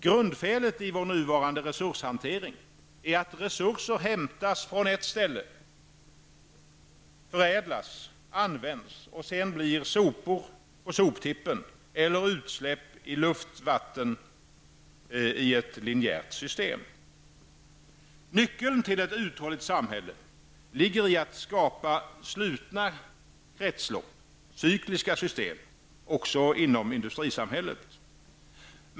Grundfelet i vår nuvarande resurshantering är att resurser hämtas från ett ställe, förädlas, används och sedan blir sopor på soptippen eller utsläpp i luft och vatten i ett linjärt system. Nyckeln till ett uthålligt samhälle ligger i att skapa slutna kretslopp, cyklista system, också inom industrisamhället.